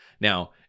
Now